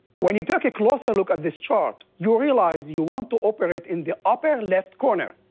when you take a closer look at this chart, you realize you want to operate in the upper-left corner.